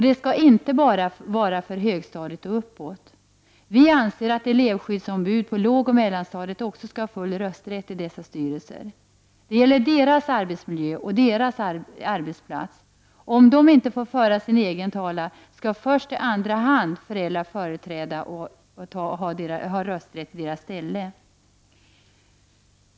Detta skall inte bara gälla högstadiet och gymnasiet. Vi anser att elevskyddsombud på lågoch mellanstadiet också skall ha full rösträtt i styrelserna. Det gäller deras arbetsmiljö och deras arbetsplats. Om eleverna inte får föra sin egen talan, skall de i andra hand företrädas av föräldrarna, som skall ha rösträtt i deras ställe.